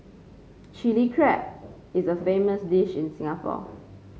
Chilli Crab is a famous dish in Singapore